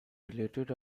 related